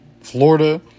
Florida